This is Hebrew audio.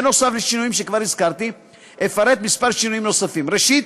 נוסף על השינויים שכבר הזכרתי אפרט כמה שינויים נוספים: ראשית,